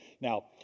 Now